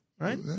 Right